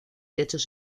techos